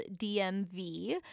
DMV